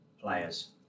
players